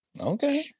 Okay